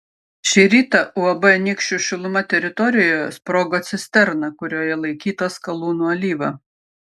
šį rytą uab anykščių šiluma teritorijoje sprogo cisterna kurioje laikyta skalūnų alyva